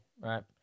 right